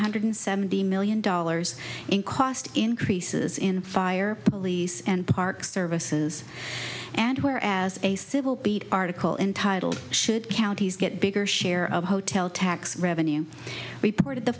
hundred seventy million dollars in cost increases in fire police and park services and where as a civil beat article entitled should counties get bigger share of hotel tax revenue reported the